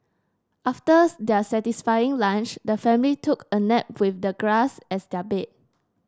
after their satisfying lunch the family took a nap with the grass as their bed